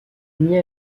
mis